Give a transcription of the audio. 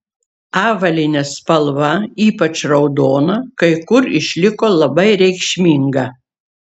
avalynės spalva ypač raudona kai kur išliko labai reikšminga